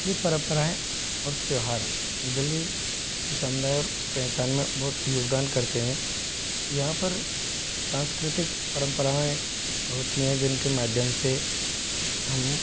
ये परम्पराएँ और त्यौहार जिले के सन्दर्भ पहचान में बहुत योगदान करते हैं यहाँ पर सांस्कृतिक परंपराएँ होती हैं जिनके माध्यम से हम